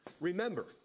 Remember